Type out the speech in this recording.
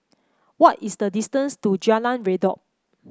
why is the distance to Jalan Redop